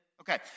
Okay